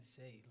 say